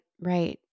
Right